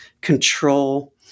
control